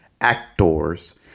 actors